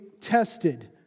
tested